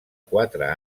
quatre